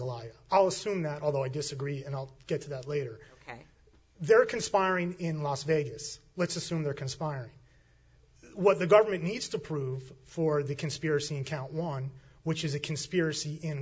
i'll assume that although i disagree and i'll get to that later there are conspiring in las vegas let's assume there conspiring what the government needs to prove for the conspiracy in count one which is a conspiracy in